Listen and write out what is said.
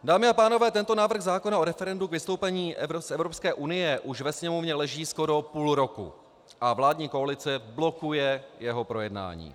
Dámy a pánové, tento návrh zákona o referendu k vystoupení z Evropské unie už ve Sněmovně leží skoro půl roku a vládní koalice blokuje jeho projednání.